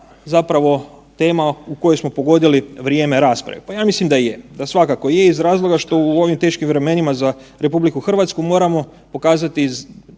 zapravo tema u kojoj smo pogodili vrijeme rasprave? Pa ja mislim da je, da svakako je iz razloga što u ovim teškim vremenima za RH moramo pokazati